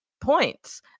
points